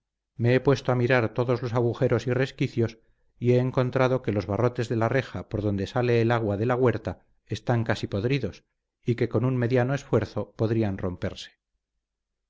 me he puesto a mirar todos los agujeros y resquicios y he encontrado que los barrotes de la reja por dónde sale el agua de la huerta están casi podridos y que con un mediano esfuerzo podrían romperse